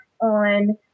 on